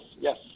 yes